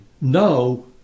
No